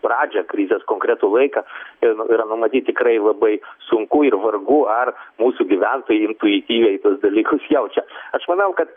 pradžią krizės konkretų laiką ir yra numatyt tikrai labai sunku ir vargu ar mūsų gyventojai intuityviai tuos dalykus jaučia aš manau kad